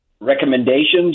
recommendations